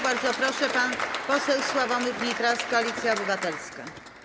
Bardzo proszę, pan poseł Sławomir Nitras, Koalicja Obywatelska.